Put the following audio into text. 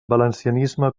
valencianisme